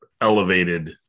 elevated